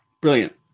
Brilliant